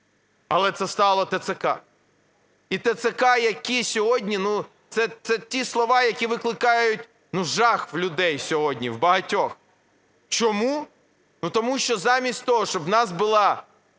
але це стало ТЦК. І ТЦК, які сьогодні, це ті слова, які викликають жах у людей сьогодні в багатьох. Чому? Тому що замість того, щоб у нас була